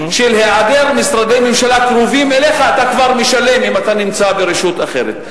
של היעדר משרדי ממשלה קרובים אליך אתה כבר משלם אם אתה נמצא ברשות אחרת.